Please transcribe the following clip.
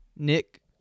Nick